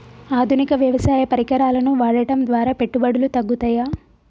ఆధునిక వ్యవసాయ పరికరాలను వాడటం ద్వారా పెట్టుబడులు తగ్గుతయ?